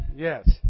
Yes